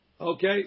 Okay